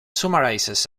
summarizes